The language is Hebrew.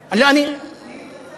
לא, אני, אני מתנצלת לפניך.